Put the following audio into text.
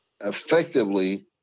effectively